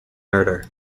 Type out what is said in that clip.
murder